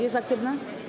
Jest aktywne?